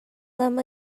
them